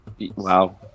Wow